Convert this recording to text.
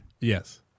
Yes